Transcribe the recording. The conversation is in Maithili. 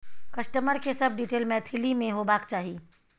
कस्टमर के सब डिटेल मैथिली में होबाक चाही